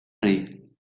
rei